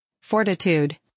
fortitude